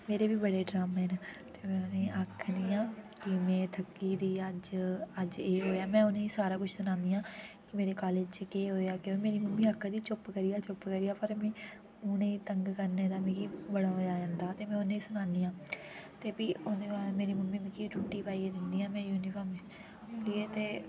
मेरे बी बड़े ड्रामे न ते में उ'नें ई आखनी आं की में थ'क्की दी अज्ज अज्ज एह होया में उ'नें गी सारा कुछ सनानी आं कि मेरे कॉलेज च केह होया मेरी मम्मी आखदी चुप्प करिया चुप्प करिया पर में उ'नें ई तंग करने दा मिगी बड़ा मज़ा आंदा ते में उ'नें गी सनानी आं ते भी ओह्दे बाद मेरी मम्मी मिगी रुट्टी पाइयै दिंदियां में यूनिफॉर्म खो'ल्लियै ते